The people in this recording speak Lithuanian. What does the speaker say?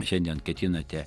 šiandien ketinate